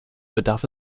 bedarf